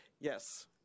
Yes